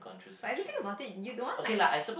but if you think about it you don't want like